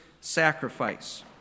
sacrifice